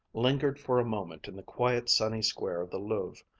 lingered for a moment in the quiet sunny square of the louvre,